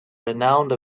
renowned